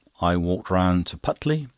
i walked round to putley,